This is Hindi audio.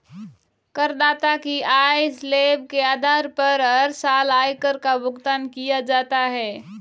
करदाता की आय स्लैब के आधार पर हर साल आयकर का भुगतान किया जाता है